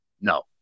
No